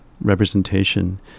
representation